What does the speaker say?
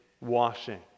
washing